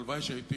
הלוואי שהייתי